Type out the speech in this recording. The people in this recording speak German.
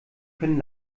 können